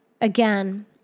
again